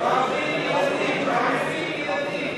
משחררים מחבלים, חבר הכנסת ליצמן,